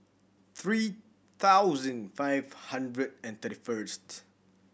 three thousand five hundred and thirty first